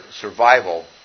survival